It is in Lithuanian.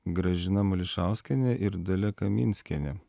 gražina mališauskienė ir dalia kaminskienė